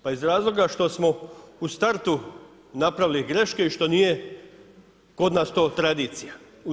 Pa iz razloga što smo u startu napravili greške i što nije kod nas to tradicija.